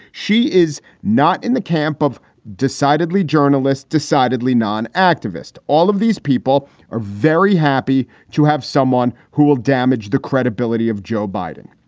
she is not in the camp of decidedly journalists, decidedly non activist. all of these people are very happy to have someone who will damage the credibility of joe biden.